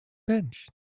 bench